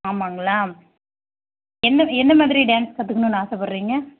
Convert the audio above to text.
ஆமாம்ங்களா என்ன என்ன மாதிரி டேன்ஸ் கற்றுக்கணுன்னு ஆசைப்படுறீங்க